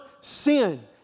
sin